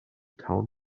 town